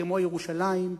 כמו ירושלים,